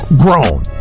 grown